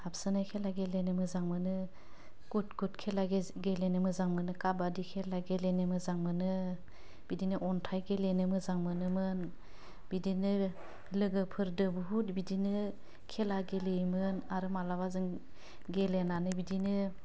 हाबसोनाय खेला गेलेनो मोजां मोनो गुद गुद खेला गेजे गेलेनो मोजां मोनो काबादि खेला गेलेनो मोजां मोनो बिदिनो अन्थाइ गेलेनो मोजां मोनोमोन बिदिनो लोगोफोरदो बहुद बिदिनो खेला गेलेयोमोन आर मालाबा जों गेलेनानै बिदिनो